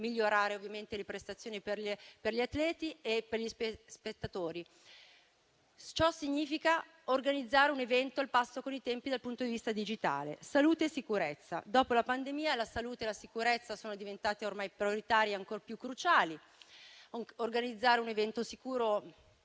migliorare le prestazioni per gli atleti e per gli spettatori. Ciò significa organizzare un evento al passo con i tempi dal punto di vista digitale. Salute e sicurezza: dopo la pandemia, la salute e la sicurezza sono diventate ormai prioritarie e ancor più cruciali. Organizzare un evento sicuro